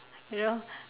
you know